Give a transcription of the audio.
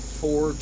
four